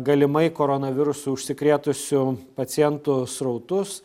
galimai koronavirusu užsikrėtusių pacientų srautus